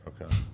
Okay